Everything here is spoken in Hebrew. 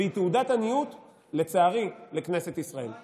והיא תעודת עניות לכנסת ישראל,